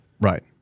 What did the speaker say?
Right